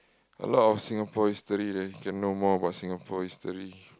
alot Singapore history there can know more about Singapore history